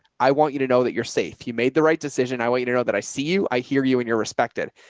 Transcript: i want you to know that you're safe. you made the right decision. i want you to know that i see you. i hear you in your respected,